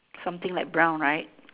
something like brown right